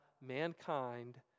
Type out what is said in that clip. mankind